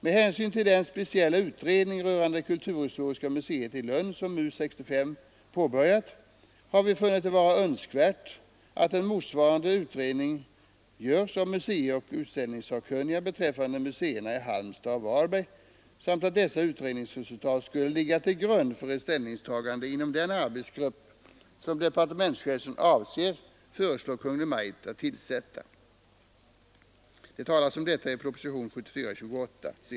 Med hänsyn till den speciella utredning rörande Kulturhistoriska museet i Lund som MUS 65 påbörjat har vi funnit det vara önskvärt att en motsvarande utredning görs av museioch utställningssakkunniga beträffande museerna i Halmstad och Varberg, samt att dessa utredningsresultat skulle ligga till grund för ett ställningstagande inom den arbetsgrupp som departementschefen avser föreslå Kungl. Maj:t att tillsätta .